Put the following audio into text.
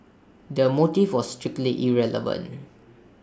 the motive was strictly irrelevant